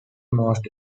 most